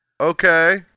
Okay